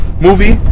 movie